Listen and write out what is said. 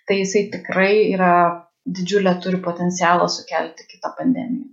tai jisai tikrai yra didžiulę turi potencialą sukelti kitą pandemiją